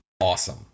awesome